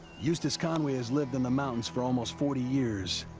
eustace conway has lived in the mountains for almost forty years.